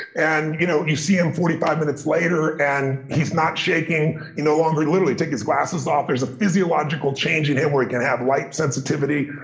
and you know you see him forty five minutes later, and he's not shaking. he no longer literally, take his glasses off there's a physiological change in him where he can have light sensitivity.